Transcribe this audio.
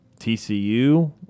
TCU